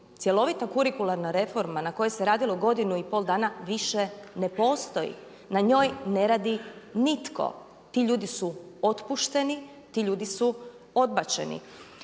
Cjelovita kurikularna reforma na kojoj se radilo godinu i pol dana više ne postoji, na njoj ne radi nitko. Ti ljudi su otpušteni, ti ljudi su odbačeni.